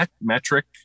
metric